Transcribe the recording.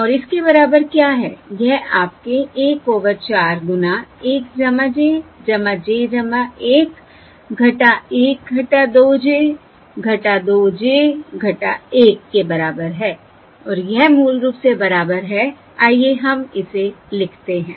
और इसके बराबर क्या है यह आपके 1 ओवर 4 गुना 1 j j 1 1 2 j 2j 1 के बराबर है और यह मूल रूप से बराबर है आइए हम इसे लिखते हैं